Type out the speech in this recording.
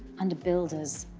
and builder's.